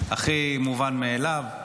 הכי מובן מאליו,